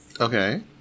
Okay